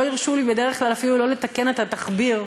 שלא הרשו לי בדרך כלל אפילו לא לתקן את התחביר,